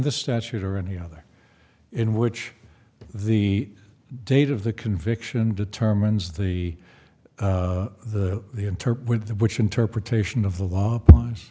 the statute or any other in which the date of the conviction determines the the the inter with which interpretation of the law applies